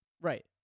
Right